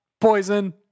poison